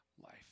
life